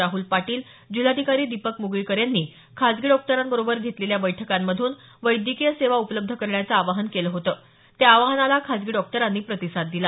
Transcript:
राहुल पाटील जिल्हाधिकारी दीपक म्गळीकर यांनी खासगी डॉक्टरांबरोबर घेतलेल्या बैठकांमधून वैद्यकीय सेवा उपलब्ध करण्याचं आवाहन केलं होतं त्या आवाहनाला खाजगी डॉक्टरांनी प्रतिसाद दिला